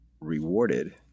rewarded